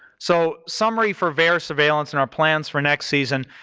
so summary for vaers surveillance and our plans for next season,